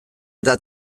eta